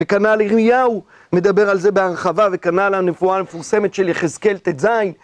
וכנ"ל ירמיהו - נדבר על זה בהרחבה, וכנ"ל הנבואה המפורסמת של יחזקאל ט"ז